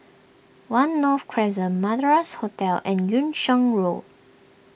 one North Crescent Madras Hotel and Yung Sheng Road